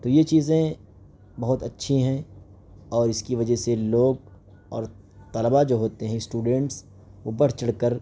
تو یہ چیزیں بہت اچّھی ہیں اور اس کی وجہ سے لوگ اور طلباء جو ہوتے ہیں اسٹوڈینٹس وہ بڑھ چڑھ کر